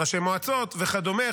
ראשי מועצות וכדומה,